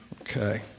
Okay